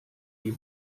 die